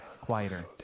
quieter